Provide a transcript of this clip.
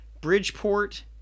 bridgeport